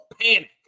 panic